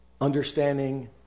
understanding